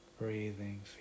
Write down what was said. breathing